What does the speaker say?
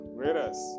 whereas